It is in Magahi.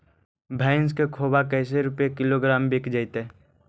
भैस के खोबा कैसे रूपये किलोग्राम बिक जइतै?